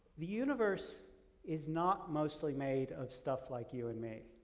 the universe is not mostly made of stuff like you and me.